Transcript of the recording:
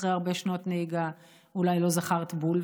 אחרי הרבה שנות נהיגה אולי לא זכרת בול,